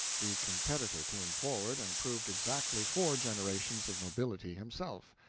the competitor came forward and proved exactly four generations of nobility himself.